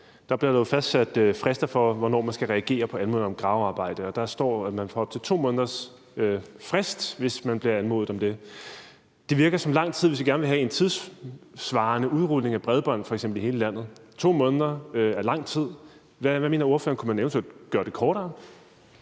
der jo fastsat frister for, hvornår man skal reagere på anmodninger om gravearbejde, og der står, at man får op til 2 måneders frist, hvis man bliver anmodet om det. Det virker som lang tid, hvis vi gerne vil have en tidssvarende udrulning af f.eks. bredbånd i hele landet. 2 måneder er lang tid. Hvad mener ordføreren? Kunne man eventuelt gøre det kortere?